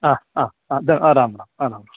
हा हा हा द राम् राम् राम् राम्